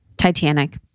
Titanic